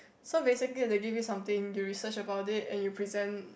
so basically they give something you research about it and you present